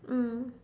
mm